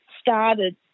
started